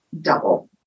double